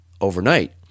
overnight